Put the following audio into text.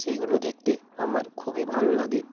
সেইগুলো দেখতে আমার খুবই ভালো লাগে